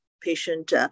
patient